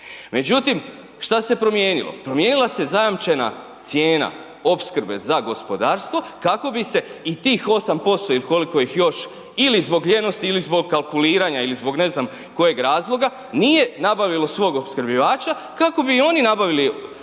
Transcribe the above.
Međutim, šta se promijenilo, promijenila se zajamčena cijena opskrbe za gospodarstvo kako bi se i tih 8% ili koliko ih još ili zbog ljenosti ili zbog kalkuliranja ili zbog ne znam kojega razloga, nije nabavilo svog opskrbljivača kako bi i oni nabavili